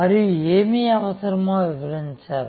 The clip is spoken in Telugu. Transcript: మరియు ఏమి అవసరమో వివరించారు